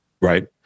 Right